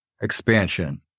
Expansion